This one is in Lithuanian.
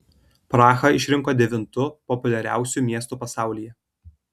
prahą išrinko devintu populiariausiu miestu pasaulyje